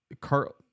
Carl